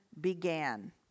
began